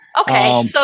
Okay